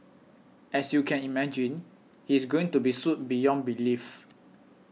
as you can imagine he's going to be sued beyond belief